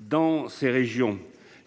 Dans ces régions